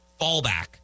fallback